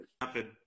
Happen